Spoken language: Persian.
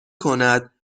کند